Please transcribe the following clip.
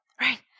Right